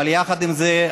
אבל יחד עם זאת,